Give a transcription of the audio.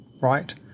right